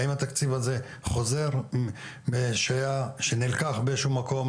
האם התקציב הזה חוזר מאיפה שנלקח באיזה שהוא מקום